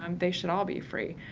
um they should all be free.